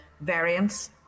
variants